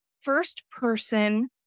first-person